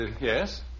Yes